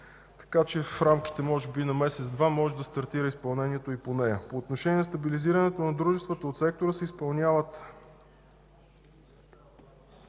така че в рамките може би на месец-два може да стартира изпълнението и по нея. По отношение на стабилизирането на дружествата от сектора се изпълняват,